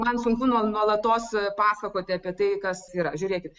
man sunku nuolatos pasakoti apie tai kas yra žiūrėkit